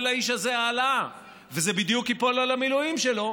לאיש הזה העלאה וזה בדיוק ייפול על המילואים שלו,